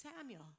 Samuel